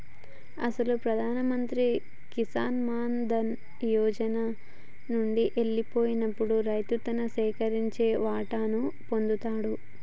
అసలు ప్రధాన మంత్రి కిసాన్ మాన్ ధన్ యోజన నండి ఎల్లిపోయినప్పుడు రైతు తను సేకరించిన వాటాను పొందుతాడు